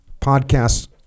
podcasts